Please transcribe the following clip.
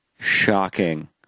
Shocking